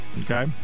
Okay